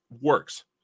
works